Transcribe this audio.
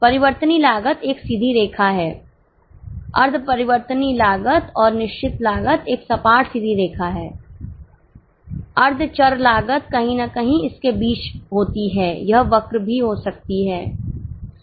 परिवर्तनीय लागत एक सीधी रेखा है अर्ध परिवर्तनीय लागत और निश्चित लागत एक सपाट सीधी रेखा है अर्ध चर लागत कहीं न कहीं इसके बीच होती है यह वक्र भी हो सकती है